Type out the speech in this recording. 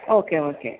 okay okay